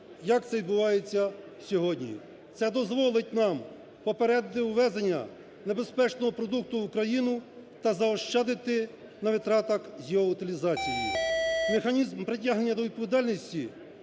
як це відбувається сьогодні. Це дозволить нам попередити ввезення небезпечного продукту в Україну та заощадити на витратах його утилізації. Механізм притягнення до відповідальності